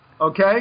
okay